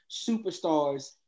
superstars